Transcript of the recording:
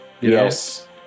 yes